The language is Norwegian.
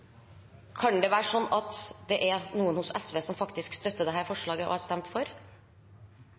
Kan det være noen hos SV som faktisk støtter dette forslaget og har stemt for?